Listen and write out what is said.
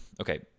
okay